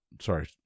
Sorry